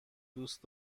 دوست